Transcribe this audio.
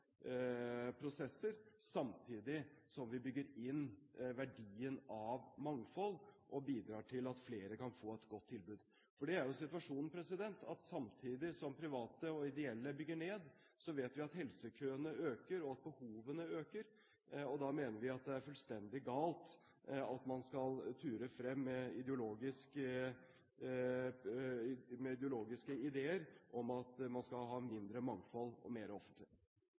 prosesser, samtidig som vi bygger inn verdien av mangfold og bidrar til at flere kan få et godt tilbud. For det er jo situasjonen, at samtidig som private og ideelle bygger ned, vet vi at helsekøene øker og at behovene øker, og da mener vi at det er fullstendig galt at man skal ture frem med ideologiske ideer om at man skal ha mindre mangfold og